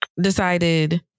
decided